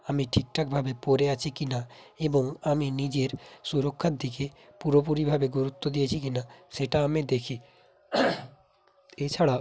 আমি ঠিকঠাকভাবে পরে আছি কিনা এবং আমি নিজের সুরক্ষার দিকে পুরোপুরিভাবে গুরুত্ব দিয়েছি কিনা সেটা আমি দেখি এছাড়া